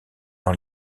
dans